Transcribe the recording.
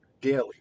daily